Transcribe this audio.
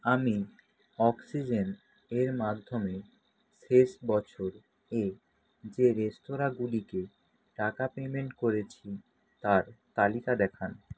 আমি অক্সিজেনের মাধ্যমে শেষ বছর এ যে রেস্তোরাঁগুলিকে টাকা পেমেন্ট করেছি তার তালিকা দেখান